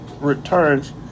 returns